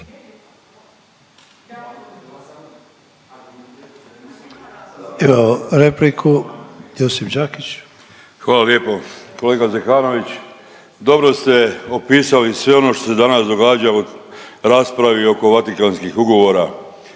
Hvala lijepo. Kolega Zekanović, dobro ste opisali sve ono što se danas događa u raspravi oko Vatikanskih ugovora.